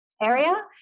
area